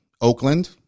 Oakland